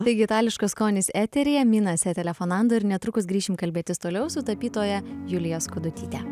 taigi itališkas skonis eteryje mina se telefonando ir netrukus grįšim kalbėtis toliau su tapytoja julija skudutyte